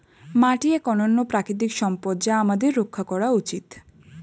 মাটি এক অনন্য প্রাকৃতিক সম্পদ যা আমাদের রক্ষা করা উচিত